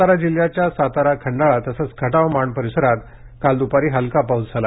सातारा जिल्ह्याच्या सातारा खंडाळा तसेच खटाव माण परिसरात आज द्पारी हलका पाऊस झाला